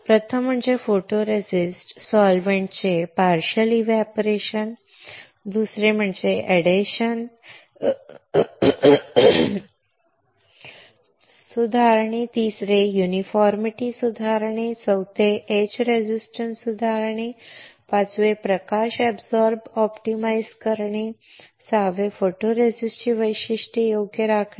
प्रथम म्हणजे फोटोरेसिस्ट सॉल्व्हेंट्सचे पार्शियल एव्हपोरेशन दुसरे म्हणजे एडेशन सुधारणे तिसरे एकसारखेपणा सुधारणे चौथे इच रेजिस्टन्स सुधारणे पाचवे प्रकाश शोषक ऑप्टिमाइझ करणे सहावे फोटोरेसिस्टची वैशिष्ट्ये योग्य राखणे